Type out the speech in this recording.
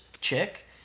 chick